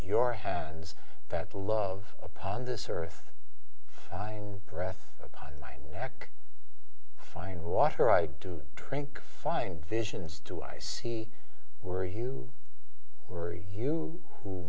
your hands that love upon this earth find press upon my neck find water i do drink fine visions do i see where you were you who